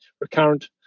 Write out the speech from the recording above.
recurrent